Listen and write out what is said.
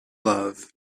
love